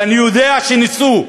ואני יודע שניסו,